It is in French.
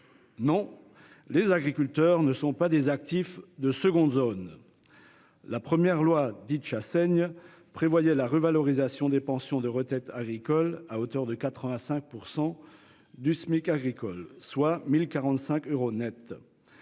Non, les agriculteurs ne sont pas des actifs de seconde zone ! La première loi Chassaigne prévoyait la revalorisation des pensions de retraite agricole à hauteur de 85 % du Smic agricole, soit 1 045 euros net.